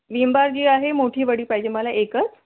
Vim bar जी आहे मोठी वडी पाहिजे मला एकच